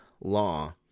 law